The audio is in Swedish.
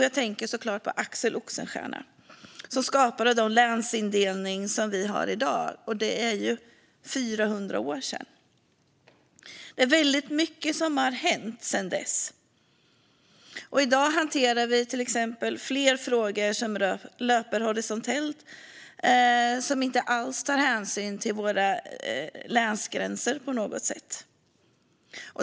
Jag tänker såklart på Axel Oxenstierna, som skapade den länsdelning vi har i dag. Det är 400 år sedan. Väldigt mycket har hänt sedan dess. I dag hanterar vi till exempel fler frågor som löper horisontellt och inte alls tar hänsyn till våra länsgränser.